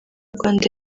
rwanda